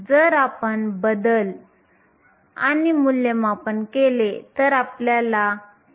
जर आपण बदल आणि मूल्यमापन केले तर आपल्याला 2